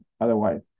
otherwise